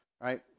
right